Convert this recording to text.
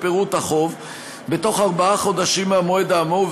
פירוט החוב בתוך ארבעה חודשים מהמועד האמור,